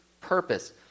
purpose